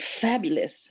fabulous